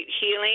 healing